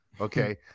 Okay